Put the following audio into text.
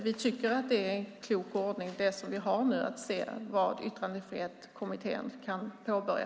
Vi tycker att det är en klok ordning att se vilket arbete Yttrandefrihetskommittén kan påbörja.